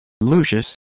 Lucius